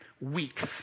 weeks